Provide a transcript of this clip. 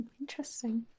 interesting